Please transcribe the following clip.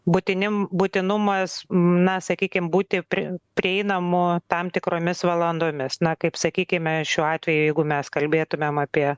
būtinim būtinumas na sakykim būti pri prieinamu tam tikromis valandomis na kaip sakykime šiuo atveju jeigu mes kalbėtumėm apie